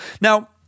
Now